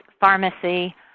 pharmacy